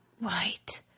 Right